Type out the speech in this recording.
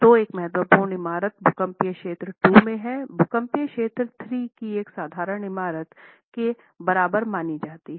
तो एक महत्वपूर्ण इमारत भूकंपीय क्षेत्र II में भूकंपीय क्षेत्र III की एक साधारण इमारत के बराबर मानी जाती है